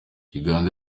uganda